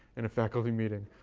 in a faculty meeting,